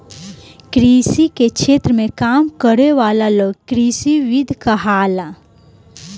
कृषि के क्षेत्र में काम करे वाला लोग कृषिविद कहाला